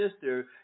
sister